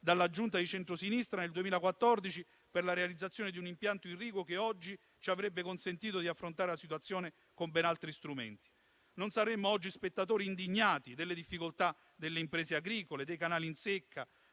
dalla Giunta di centrosinistra nel 2014 per la realizzazione di un impianto irriguo, che oggi ci avrebbe consentito di affrontare la situazione con ben altri strumenti. Non saremmo oggi spettatori indignati delle difficoltà delle imprese agricole, dei canali in secca,